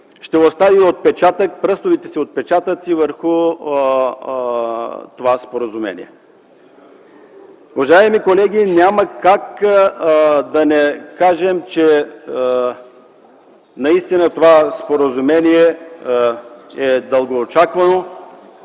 ще остави пръстовите си отпечатъци върху това споразумение. Уважаеми колеги, няма как да не кажем, че това споразумение е дългоочаквано.